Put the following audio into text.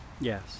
Yes